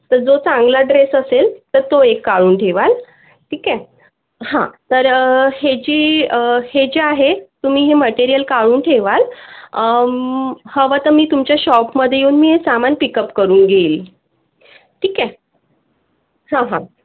तर जो चांगला ड्रेस असेल तर तो एक काढून ठेवाल ठीक आहे हां तर ह्याची हे जे आहे तुम्ही हे मटेरिअल काढून ठेवाल हवं तर मी तुमच्या शॉपमध्ये येऊन मी हे सामान पिकअप करून घेईल ठीक आहे हां हां